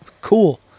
cool